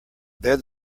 there